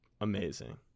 Amazing